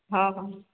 ହଁ ହଁ